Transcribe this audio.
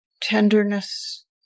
tenderness